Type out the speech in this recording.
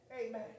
amen